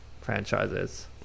franchises